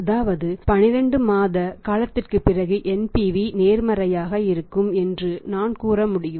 அதாவது 12 மாத காலத்திற்குப் பிறகும் NPV நேர்மறையாக இருக்கும் என்று நான் கூற முடியும்